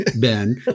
Ben